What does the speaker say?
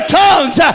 tongues